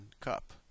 cup